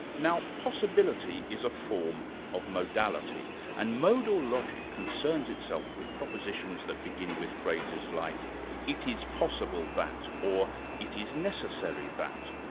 now, possibility is a form of modality and modal logic concerns itself with propositions that begin with phrases like it is possible that. or it is necessary that.